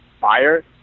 fire